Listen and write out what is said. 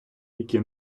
які